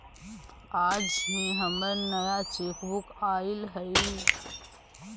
आज ही हमर नया चेकबुक आइल हई